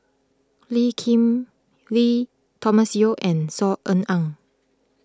Lee Kip Lee Thomas Yeo and Saw Ean Ang